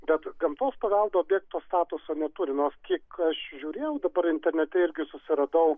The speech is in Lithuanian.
bet gamtos paveldo objekto statuso neturi nors kiek aš žiūrėjau dabar internete irgi susiradau